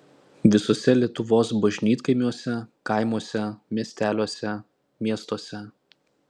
visuose lietuvos bažnytkaimiuose kaimuose miesteliuose miestuose